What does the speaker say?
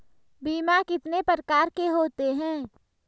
बीमा कितने प्रकार के होते हैं?